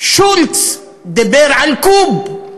שולץ דיבר על קוב.